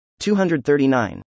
239